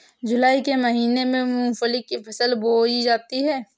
जूलाई के महीने में मूंगफली की फसल बोई जाती है